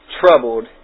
troubled